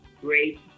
great